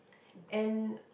and